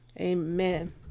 Amen